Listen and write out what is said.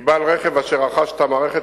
כי בעל רכב אשר רכש את המערכת,